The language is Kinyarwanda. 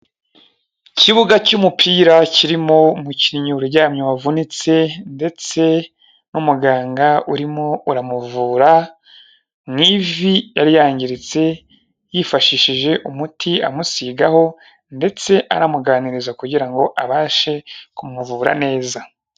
Ikibuga cy'umupira kirimo umukinnyi uryamye wavunitse ndetse n'umuganga urimo uramuvura mu ivi yari yangiritse yifashishije umuti amusigaho ndetse anamuganiriza kugira ngo abashe kumuvura neza.